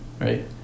Right